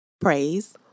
Praise